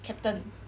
captain